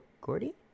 Gordy